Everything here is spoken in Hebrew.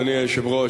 אדוני היושב-ראש.